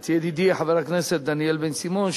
את ידידי חבר הכנסת דניאל בן-סימון,